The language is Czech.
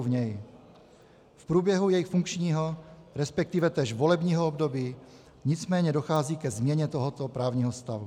V průběhu jejich funkčního, resp. též volebního období nicméně dochází ke změně tohoto právního stavu.